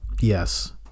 yes